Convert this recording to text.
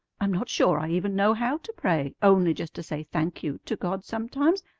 i'm not sure i even know how to pray, only just to say thank you to god sometimes.